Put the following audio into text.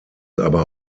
aber